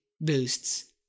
boosts